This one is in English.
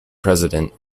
president